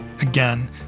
Again